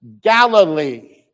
Galilee